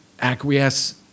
acquiesce